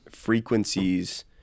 frequencies